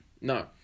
no